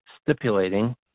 stipulating